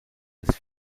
des